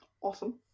Awesome